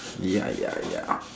ya ya ya